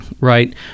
right